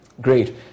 Great